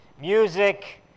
music